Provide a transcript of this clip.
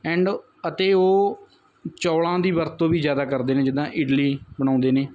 and ਅਤੇ ਉਹ ਚੌਲ੍ਹਾਂ ਦੀ ਵਰਤੋਂ ਵੀ ਜ਼ਿਆਦਾ ਕਰਦੇ ਨੇ ਜਿੱਦਾਂ ਇਡਲੀ ਬਣਾਉਂਦੇ ਨੇ